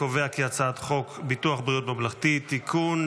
הצעת חוק ביטוח בריאות ממלכתי (תיקון,